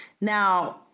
now